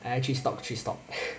来去 stalk 去 stalk